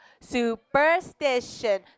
Superstition